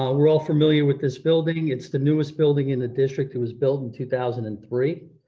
ah we're all familiar with this building, it's the newest building in the district, it was built in two thousand and three.